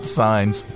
signs